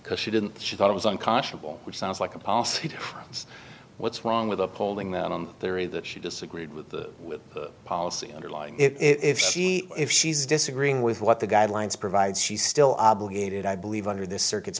because she didn't she thought it was unconscionable which sounds like a policy difference what's wrong with the polling then on the theory that she disagreed with the policy underlying if she if she's disagreeing with what the guidelines provide she still obligated i believe under this circuit